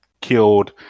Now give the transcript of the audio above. killed